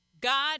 God